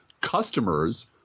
customers